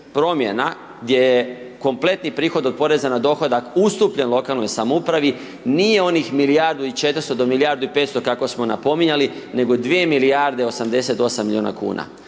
promjena gdje je kompletni prihod od poreza na dohodak ustupljen lokalnoj samoupravi nije onih milijardu i 400 do milijardu i 500 kako smo napominjali, nego je 2 milijarde 88 miliona kuna,